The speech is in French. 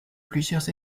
plusieurs